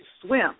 swim